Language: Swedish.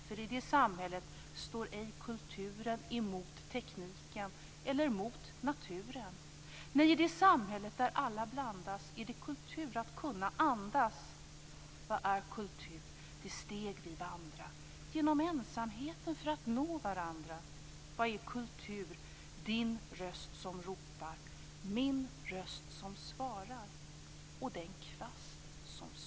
För i det samhället står ej kulturen emot tekniken eller mot naturen. Nej i det samhället där alla blandas är det kultur att kunna andas. Vad är kultur? De steg vi vandra genom ensamheten för att nå varandra. Vad är kultur? Din röst som ropar, min röst som svarar och den kvast som sopar.